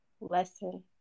lesson